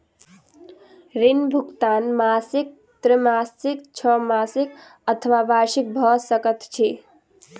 ऋण भुगतान मासिक त्रैमासिक, छौमासिक अथवा वार्षिक भ सकैत अछि